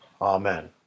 Amen